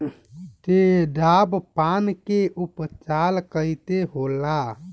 तेजाब पान के उपचार कईसे होला?